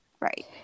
Right